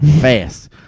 Fast